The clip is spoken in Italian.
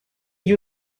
gli